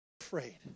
Afraid